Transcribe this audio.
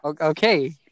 Okay